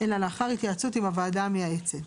אלא לאחר התייעצות עם הוועדה המייעצת.